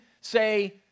say